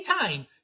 time